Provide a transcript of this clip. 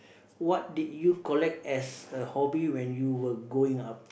what did you collect as a hobby when you were growing up